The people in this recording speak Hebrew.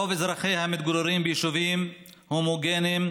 רוב אזרחיה מתגוררים ביישובים הומוגניים,